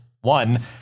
one